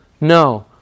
No